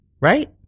Right